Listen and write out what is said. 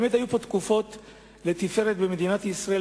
באמת היו פה תקופות לתפארת במדינת ישראל,